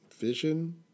vision